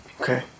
Okay